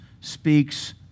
speaks